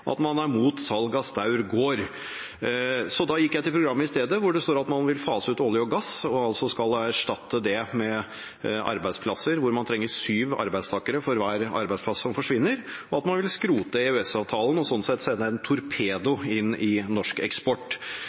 at man er imot salg av Staur Gård. Så da gikk jeg til partiprogrammet i stedet, hvor det står at man vil fase ut olje og gass og erstatte det med arbeidsplasser der man trenger syv arbeidstakere for hver arbeidsplass som forsvinner, og at man vil skrote EØS-avtalen, og sånn sett sende en torpedo inn i norsk eksport.